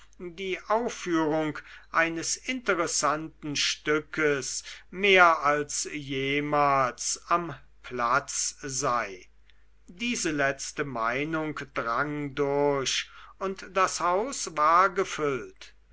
die aufführung eines interessanten stückes mehr als jemals am platze sei diese letzte meinung drang durch und das haus war gefüllt